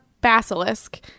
basilisk